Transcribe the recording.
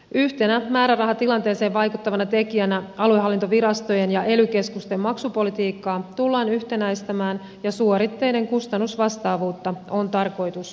yhtenä määrärahatilanteeseen vaikuttavana tekijänä aluehallintovirastojen ja ely keskusten maksupolitiikkaa tullaan yhtenäistämään ja suoritteiden kustannusvastaavuutta on tarkoitus nostaa